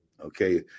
Okay